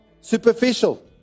superficial